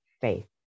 faith